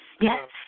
Yes